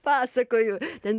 pasakoju ten